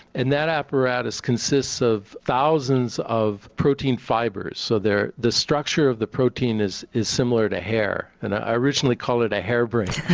and that apparatus consists of thousands of protein fibres so the structure of the protein is is similar to hair, and i originally called it a hairbrain